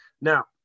Now